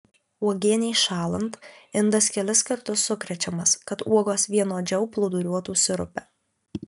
uogienei šąlant indas kelis kartus sukrečiamas kad uogos vienodžiau plūduriuotų sirupe